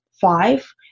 five